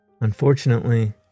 Unfortunately